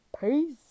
peace